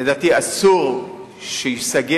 לדעתי, אסור שייסגר,